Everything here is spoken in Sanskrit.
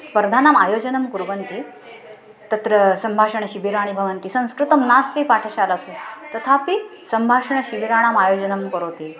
स्पर्धानाम् आयोजनं कुर्वन्ति तत्र सम्भाषणशिबिराणि भवन्ति संस्कृतं नास्ति पाठशालासु तथापि सम्भाषणशिबिराणाम् आयोजनं करोति